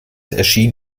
erschien